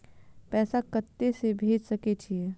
पैसा कते से भेज सके छिए?